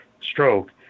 stroke